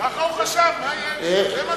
ככה הוא חשב, מה יש?